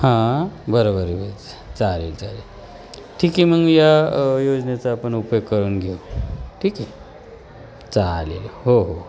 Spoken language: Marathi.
हां बरं बरं बरं चालेल चालेल ठीक आहे मग या योजनेचा आपण उपयोग करून घेऊ ठीक आहे चालेल हो हो